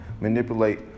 manipulate